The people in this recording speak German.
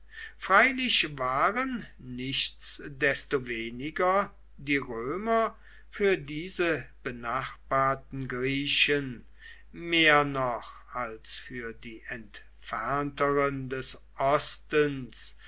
freilich waren nichtsdestoweniger die römer für diese benachbarten griechen mehr noch als für die entfernteren des ostens